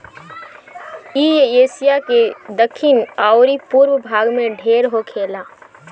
इ एशिया के दखिन अउरी पूरब भाग में ढेर होखेला